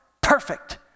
perfect